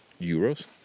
euros